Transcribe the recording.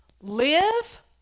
live